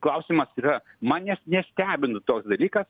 klausimas yra manęs nestebina toks dalykas